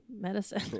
medicine